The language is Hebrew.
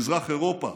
מזרח אירופה,